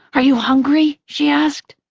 are you hungry? she asked.